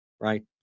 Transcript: right